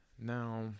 Now